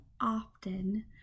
often